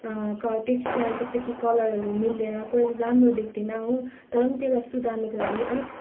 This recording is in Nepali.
टेक्स्चर जस्तो कि कलरहरू मिल्दैन कोही राम्रो देख्दैन हो तर म त्यसलाई सुधार्नको लागि अलिक